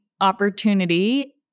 opportunity